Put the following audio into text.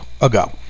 ago